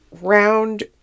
round